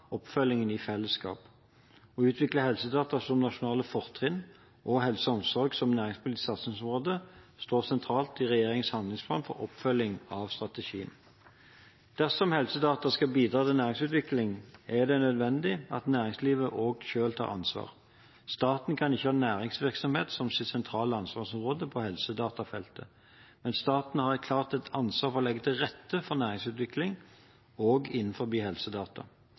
oppfølgingen i fellesskap. Å utvikle helsedata som nasjonalt fortrinn og helse og omsorg som et næringspolitisk satsingsområde står sentralt i regjeringens handlingsplan for oppfølging av strategien. Dersom helsedata skal bidra til næringsutvikling, er det nødvendig at næringslivet også selv tar ansvar. Staten kan ikke ha næringsvirksomhet som sitt sentrale ansvarsområde på helsedatafeltet. Men staten har helt klart et ansvar for å legge til rette for næringsutvikling også innenfor helsedata.